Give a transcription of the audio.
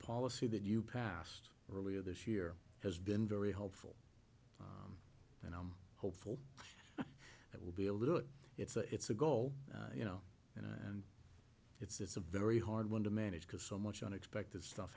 policy that you passed earlier this year has been very helpful and i'm hopeful that we'll be able to do it it's a it's a goal you know and it's a very hard one to manage because so much unexpected stuff